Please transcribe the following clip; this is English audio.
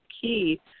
key